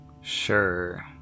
Sure